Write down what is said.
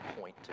point